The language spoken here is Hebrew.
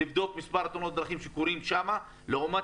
לבדוק מספר תאונות דרכים שקורות שם לעומת